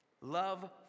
Love